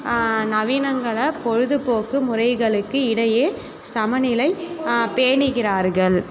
நவீனங்களை பொழுதுபோக்கு முறைகளுக்கு இடையே சமநிலை பேணுகிறார்கள்